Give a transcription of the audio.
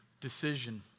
decision